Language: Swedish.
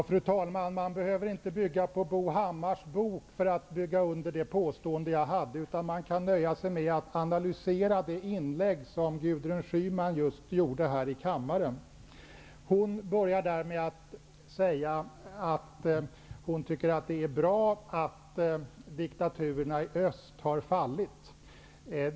Fru talman! Man behöver inte åberopa Bo Hammars bok för att bygga under mitt påstående, utan man kan nöja sig med att analysera det inlägg som Gudrun Schyman just gjorde här i kammaren. Hon började med att säga att hon tycker att det är bra att diktaturerna i öst har fallit.